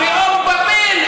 אין פלישה בנגב.